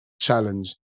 challenge